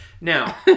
Now